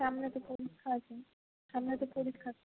সামনে তো পরীক্ষা আছে সামনে তো পরীক্ষা